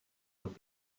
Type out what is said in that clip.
would